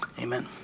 Amen